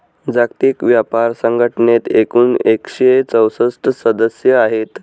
जागतिक व्यापार संघटनेत एकूण एकशे चौसष्ट सदस्य आहेत